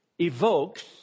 evokes